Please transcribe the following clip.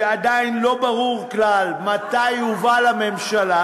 שעדיין לא ברור כלל מתי יובא לממשלה,